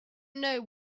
know